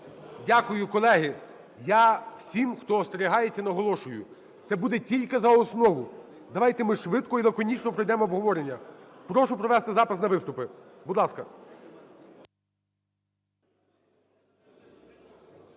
Дякую. Колеги, я всім, хто остерігається, наголошую, це буде тільки за основу. Давайте ми швидко і лаконічно пройдемо обговорення. Прошу провести запис на виступи. Будь ласка.